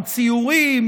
עם ציורים,